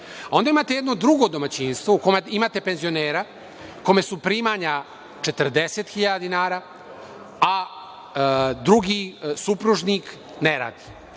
Onda imate jedno drugo domaćinstvo u kome imate penzionera kome su primanja 40.000 dinara, a drugi supružnik ne radi,